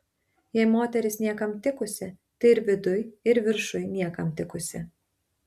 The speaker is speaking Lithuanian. jei moteris niekam tikusi tai ir viduj ir viršuj niekam tikusi